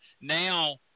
Now